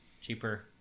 cheaper